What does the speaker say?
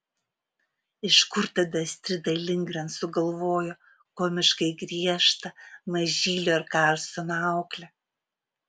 iš kur tada astrida lindgren sugalvojo komiškai griežtą mažylio ir karlsono auklę